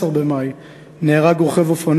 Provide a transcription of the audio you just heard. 16 במאי,